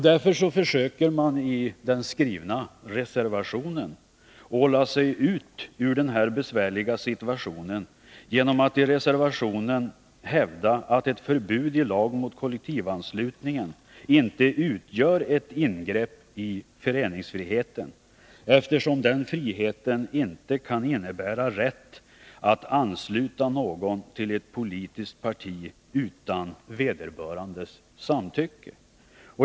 Därför försöker de i reservationen åla sig ur den besvärliga situationen genom att hävda att ett förbud i lag mot kollektivanslutning inte utgör ett ingrepp i föreningsfriheten, eftersom den friheten inte kan innebära rätt att ansluta någon till ett politiskt parti utan vederbörandes samtycke.